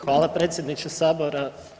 Hvala, predsjedniče Sabora.